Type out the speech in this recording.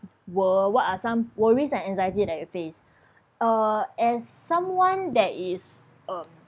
world what are some worries and anxiety that you face uh as someone that is um